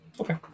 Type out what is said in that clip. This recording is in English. Okay